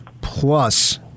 Plus